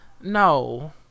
no